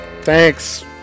Thanks